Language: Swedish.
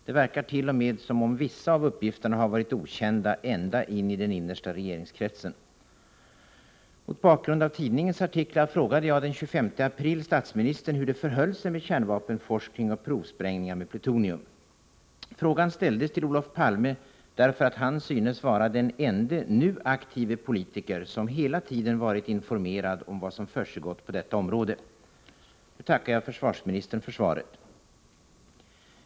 Det verkar t.o.m. som om vissa av uppgifterna har varit okända ända in i den innersta regeringskretsen. Mot bakgrund av tidningens artiklar frågade jag den 25 april statsministern hur det förhöll sig med kärnvapenforskning och provsprängningar med plutonium. Frågan ställdes till Olof Palme, därför att han synes vara den ende nu aktive politiker som hela tiden har varit informerad om vad som har försiggått på detta område. Nu tackar jag försvarsministern för svaret.